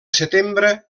setembre